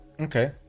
Okay